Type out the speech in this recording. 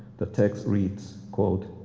the text reads, quote,